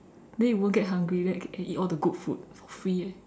then you won't get hungry then you can can eat all the good food for free eh